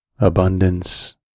abundance